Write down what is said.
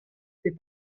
c’est